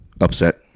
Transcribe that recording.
Upset